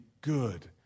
good